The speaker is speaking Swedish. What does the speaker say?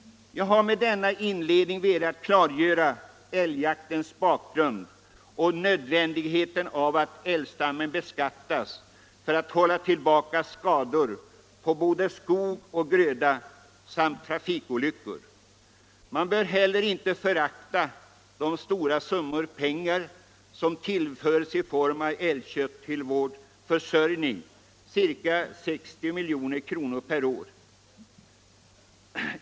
Jag har med denna inledning velat klargöra älgjaktens bakgrund och nödvändigheten av att älgstammen beskattas för att hålla tillbaka skador på både skog och gröda samt minska antalet trafikolyckor. Man bör heller inte förakta de stora summor som genom älgköttet tillföres vår försörjning, ca 60 milj.kr. per år.